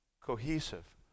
cohesive